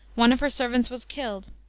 one of her servants was killed.